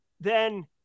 then-